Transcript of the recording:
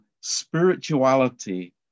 spirituality